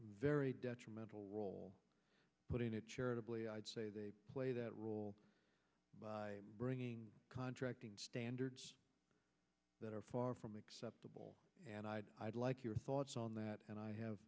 very detrimental role putting it charitably i'd say they play that role by bringing contracting standards that are far from acceptable and i'd like your thoughts on that and i have